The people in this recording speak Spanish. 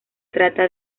trata